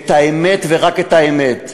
את האמת ורק את האמת,